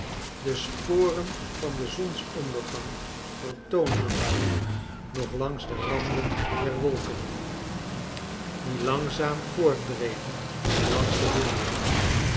de sporen van den zonsondergang vertoonden zich nog langs de randen der wolken die langzaam voortdrevan langs den horizon